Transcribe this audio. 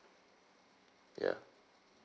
ya